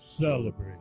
celebrate